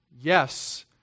Yes